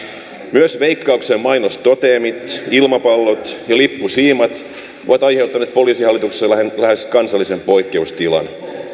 myös veikkauksen mainostoteemit ilmapallot ja lippusiimat ovat aiheuttaneet poliisihallituksessa lähes lähes kansallisen poikkeustilan